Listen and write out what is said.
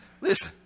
Listen